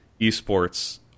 esports